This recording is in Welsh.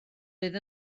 fydd